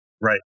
Right